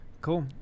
Cool